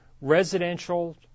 residential